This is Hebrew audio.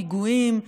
פיגועים,